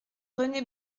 rené